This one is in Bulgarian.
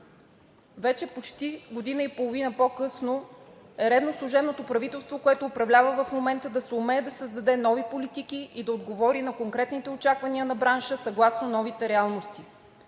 Вече почти година и половина по-късно е редно служебното правителство, което управлява в момента, да съумее да създаде нови политики и да отговори на конкретните очаквания на бранша съгласно новите реалности.